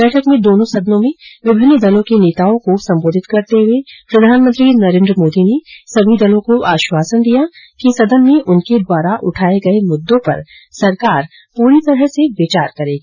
बैठक में दोनों सदनों में विभिन्न दलों के नेताओं को संबोधित करते हुए प्रधानमंत्री नरेन्द्र मोदी ने सभी दलों को आश्वासन दिया कि सदन में उनके द्वारा उठाए गए मुद्दों पर सरकार पूरी तरह से विचार करेगी